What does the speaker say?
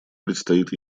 предстоит